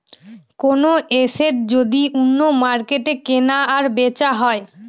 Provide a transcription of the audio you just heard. কোনো এসেট যদি অন্য মার্কেটে কেনা আর বেচা হয়